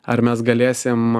ar mes galėsim